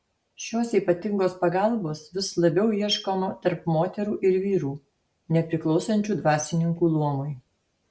šios ypatingos pagalbos vis labiau ieškoma tarp moterų ir vyrų nepriklausančių dvasininkų luomui